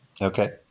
okay